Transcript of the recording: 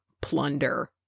plunder